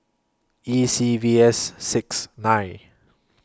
E C V S six nine